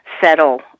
settle